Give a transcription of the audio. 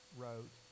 wrote